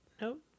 Nope